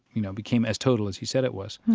you know, became as total as he said it was.